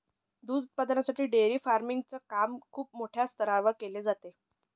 दूध उत्पादनासाठी dairy farming च काम खूप मोठ्या स्तरावर केल जात